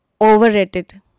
overrated